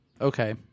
okay